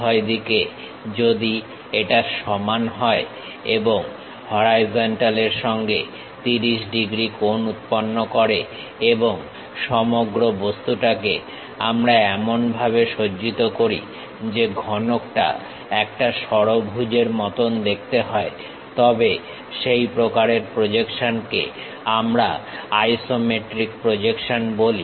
উভয় দিকে যদি এটা সমান হয় এবং হরাইজন্টাল এর সঙ্গে 30 ডিগ্রী কোণ উৎপন্ন করে এবং সমগ্র বস্তুটাকে আমরা এমনভাবে সজ্জিত করি যে ঘনকটা একটা ষড়ভুজের মতন দেখতে হয় তবে সেই প্রকারের প্রজেকশনকে আমরা আইসোমেট্রিক প্রজেকশন বলি